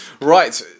Right